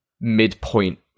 midpoint